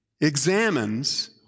examines